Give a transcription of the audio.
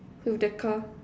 with the car